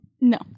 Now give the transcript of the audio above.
No